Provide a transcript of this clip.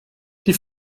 die